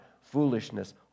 foolishness